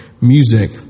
music